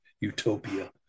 utopia